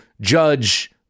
judge